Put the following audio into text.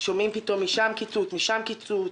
שומעים פתאום משם קיצוץ, משם קיצוץ.